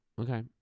Okay